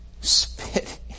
Spit